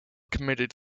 committed